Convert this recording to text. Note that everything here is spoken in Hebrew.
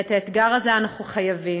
ואת האתגר הזה אנחנו חייבים,